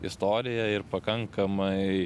istoriją ir pakankamai